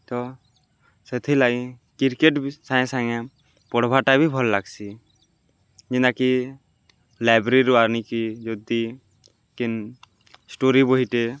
ତ ସେଥିର୍ଲାଗି କ୍ରିକେଟ୍ ବି ସାଙ୍ଗେ ସାଙ୍ଗେ ପଢ଼୍ବାଟା ବି ଭଲ୍ ଲାଗ୍ସି ଯେନାକି ଲାଇବ୍ରେରୀରୁ ଆନିକି ଯଦି କେନ୍ ଷ୍ଟୋରି ବହିଟେ